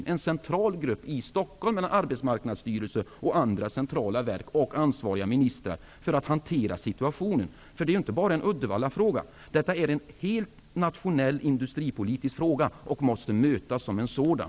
Det borde vara en central grupp i Stockholm med Arbetsmarknadsstyrelsen, andra centrala verk och ansvariga ministrar för att hantera situationen. Det är ju inte bara en Uddevallafråga. Det är en nationell industripolitisk fråga, och måste mötas som en sådan.